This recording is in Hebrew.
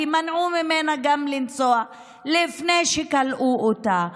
כי מנעו ממנה לנסוע לפני שכלאו אותה,